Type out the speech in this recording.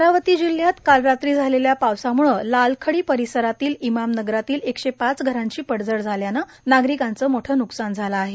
अमरावती जिल्ह्यात काल रात्री झालेल्या पावसामुळे लालखडी परिसरातील इमाम नगरातील एकशे पाच घरांची पडझड झाल्याने नागरिकांचे मोठे न्कसान झाले आहे